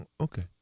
okay